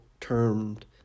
termed